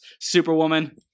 superwoman